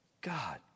God